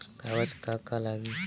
कागज का का लागी?